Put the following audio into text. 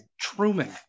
Truman